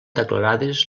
declarades